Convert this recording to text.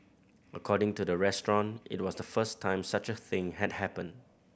according to the restaurant it was the first time such a thing had happened